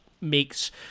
makes